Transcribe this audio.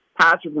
Patrick